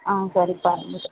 ஆ சரிப்பா